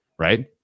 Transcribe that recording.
Right